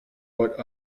what